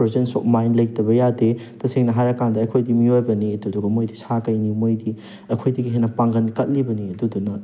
presence of mind ꯂꯩꯇꯕ ꯌꯥꯗꯦ ꯇꯁꯦꯡꯅ ꯍꯥꯏꯔ ꯀꯥꯟꯗ ꯑꯩꯈꯣꯏꯗꯤ ꯃꯤꯑꯣꯏꯕꯅꯤ ꯑꯗꯨꯗꯨꯒ ꯃꯣꯏꯗꯤ ꯁꯥ ꯀꯩꯅꯤ ꯃꯣꯏꯗꯤ ꯑꯩꯈꯣꯏꯗꯒꯤ ꯍꯦꯟꯅ ꯄꯥꯡꯒꯟ ꯀꯟꯂꯤꯕꯅꯤ ꯑꯗꯨꯗꯨꯅ